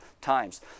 times